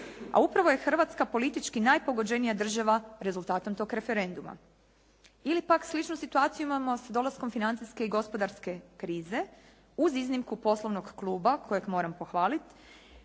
a upravo je Hrvatska politički najpogođenija država rezultatom tog referenduma. Ili pak sličnu situaciju imamo s dolaskom financijske i gospodarske krize uz iznimku "Poslovnog kluba" kojeg moram pohvaliti.